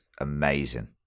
amazing